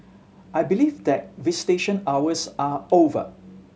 I believe that visitation hours are over